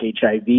HIV